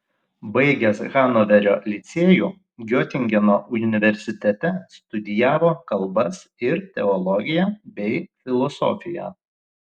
baigęs hanoverio licėjų giotingeno universitete studijavo kalbas ir teologiją bei filosofiją